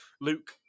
Luke